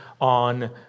on